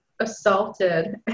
assaulted